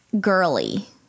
girly